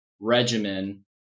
regimen